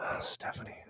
Stephanie